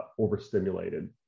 overstimulated